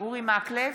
אורי מקלב,